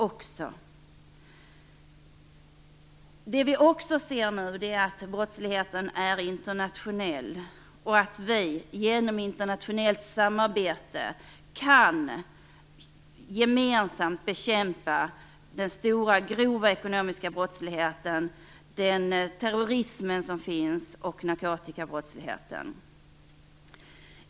Det som vi också ser nu är att brottsligheten är internationell och att vi genom internationellt samarbete gemensamt kan bekämpa den stora grova ekonomiska brottsligheten, terrorismen och narkotikabrottsligheten.